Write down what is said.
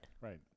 Right